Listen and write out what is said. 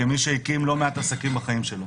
כמי שהקים לא מעט עסקים בחיים שלו,